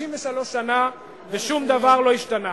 63 שנה, ושום דבר לא השתנה.